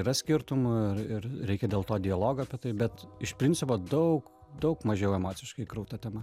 yra skirtumų ir ir reikia dėl to dialogą apie tai bet iš principo daug daug mažiau emociškai krauta tema